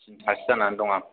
सिन्थासो जानानै दं आं